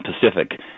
Pacific